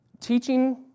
teaching